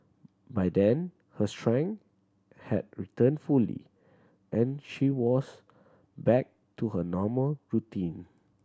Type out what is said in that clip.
by then her strength had returned fully and she was back to her normal routine